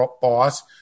boss